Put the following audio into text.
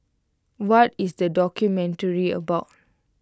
what is the documentary about